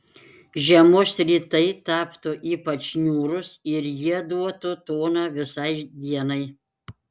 žiemos rytai taptų ypač niūrūs ir jie duotų toną visai dienai